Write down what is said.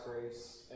grace